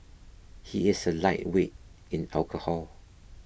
he is a lightweight in alcohol